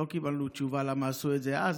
לא קיבלנו תשובה למה עשו את זה אז.